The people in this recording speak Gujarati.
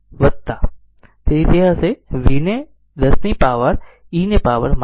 તેથી તે v હશે vને 10 e પાવર 2